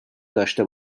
داشته